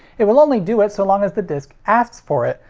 it will only do it so long as the disc asks for it,